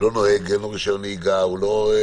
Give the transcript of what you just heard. שאין להם רישיון נהיגה וכדומה.